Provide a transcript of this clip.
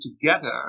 together